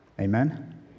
Amen